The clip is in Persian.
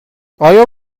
آیا